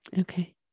okay